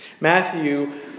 Matthew